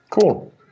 Cool